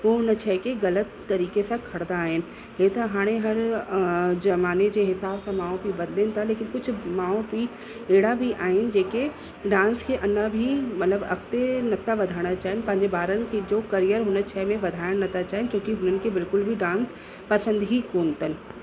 पोइ हुन शइ खे ग़लति तरीक़े सां खणंदा आहिनि हे त हाणे हर ज़माने जे हिसाब सां माउ पीउ बदलीन था लेकिन कुझु माउ पीउ अहिड़ा बि आहिनि जेके डांस खे अञा बि मतिलबु अॻिते नथा वधाइण चाहीनि पंहिंजे ॿारनि खे जो करियर हुन शइ में वधाइणु नथा चाहीनि छोकी हुननि खे बिल्कुल बि डांस पसंदि ई कोन अथनि